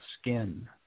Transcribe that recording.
skin